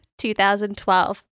2012